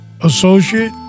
associate